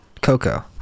Coco